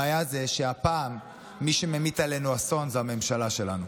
הבעיה היא שהפעם מי שממיט עלינו אסון זה הממשלה שלנו.